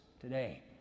today